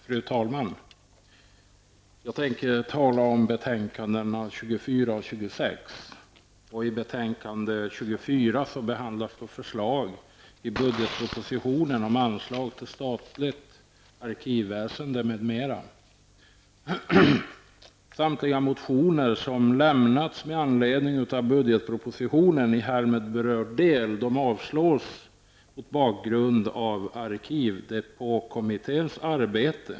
Fru talman! Jag tänker tala om betänkandena 24 Samtliga motioner som har lämnats med anledning av budgetpropositionen i härmed berörd del avstyrks mot bakgrund av arkivdepåkommitténs arbete.